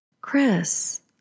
Chris